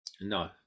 No